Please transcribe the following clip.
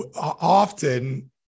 often